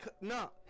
no